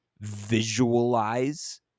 visualize